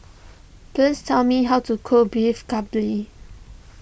please tell me how to cook Beef Galbi